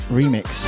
remix